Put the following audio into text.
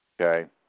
Okay